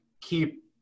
keep